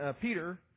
Peter